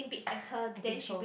I think so